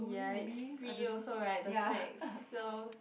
ya is free also right the snack so